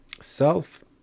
self